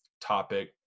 topic